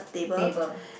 table